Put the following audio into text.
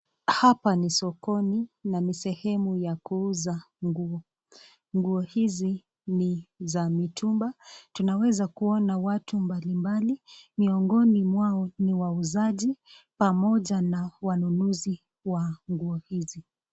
Hapa ni sokoni na ni sehemu ya kuuza nguo. Nguo hizi ni za mitumba. Tunaweza kuona watu mbali mbli, miongoni mwao ni mauzaji pamoja na wanunuzi wa nguo hizi.